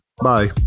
Bye